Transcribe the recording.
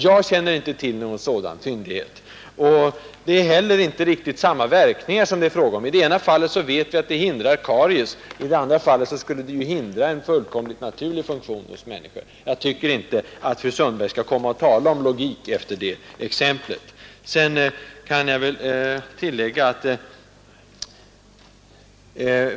Jag känner inte till någon sådan fyndighet. Det är heller inte samma verkningar som det är fråga om. I det ena fallet vet vi att medlet hindrar karies, i det andra fallet skulle det ju hindra en fullkomligt naturlig funktion hos människor. Jag tycker inte att fru Sundberg skall komma och tala om logik efter det exemplet.